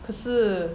可是